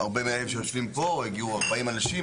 הרבה מאלה שיושבים פה, הגיעו 40 אנשים.